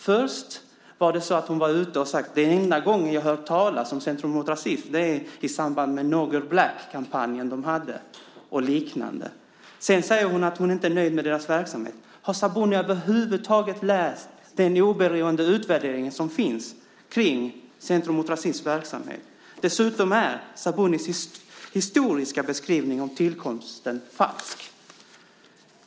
Först sade Nyamko Sabuni: Den enda gång jag har hört talas om Centrum mot rasism är i samband med den Nogger Black-kampanj de hade och liknande. Sedan säger hon att hon inte är nöjd med deras verksamhet. Har Sabuni över huvud taget läst den oberoende utvärdering som finns kring Centrum mot rasisms verksamhet? Sabunis historiska beskrivning av tillkomsten är dessutom falsk.